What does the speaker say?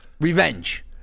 Revenge